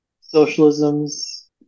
socialism's